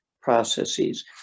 processes